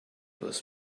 was